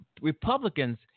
Republicans